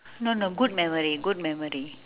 no no good memory good memory